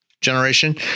generation